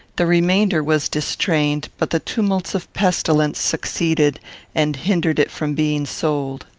the remainder was distrained, but the tumults of pestilence succeeded and hindered it from being sold.